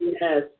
yes